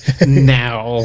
now